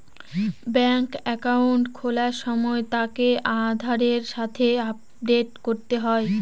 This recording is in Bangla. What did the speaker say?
ব্যাঙ্কে একাউন্ট খোলার সময় তাকে আধারের সাথে আপডেট করতে হয়